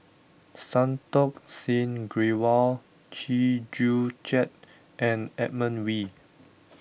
Santokh Singh Grewal Chew Joo Chiat and Edmund Wee